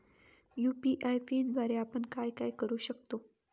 UPI पिनद्वारे आपण काय काय करु शकतो?